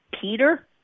peter